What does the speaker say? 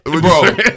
Bro